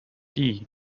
die